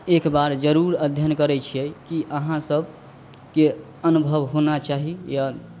एक बार जरूर अध्ययन करै छियै कि अहाँ सभके अनुभव होना चाही या